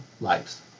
lives